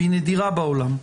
והיא נדירה בעולם,